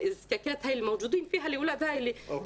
חשוב לי לשים דגש להבדל בין הסיסמאות לבין המציאות שבה ילדים גדלים.